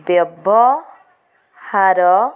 ବ୍ୟବହାର